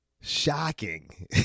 shocking